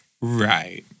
Right